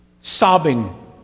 Sobbing